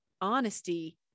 honesty